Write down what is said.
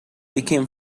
became